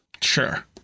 Sure